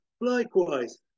Likewise